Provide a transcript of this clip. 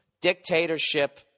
dictatorship